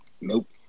Nope